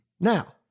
Now